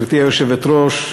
גברתי היושבת-ראש,